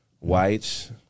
whites